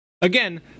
Again